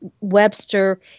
Webster